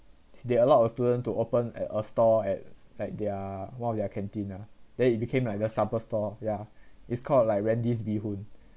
they allowed a students to open at a stall at like their one of their canteen ah then it became like the supper stall ya it's called like wendy's beehoon